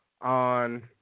on